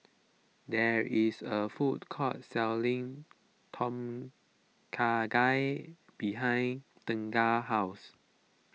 there is a food court selling Tom Kha Gai behind Tegan's house